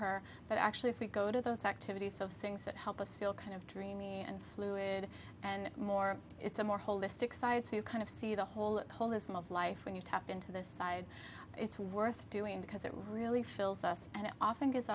her but actually if we go to those activities so things that help us feel kind of dreamy and fluid and more it's a more holistic side to kind of see the whole wholeness and of life when you tap into this side it's worth doing because it really fills us and often gets